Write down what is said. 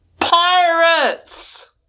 PIRATES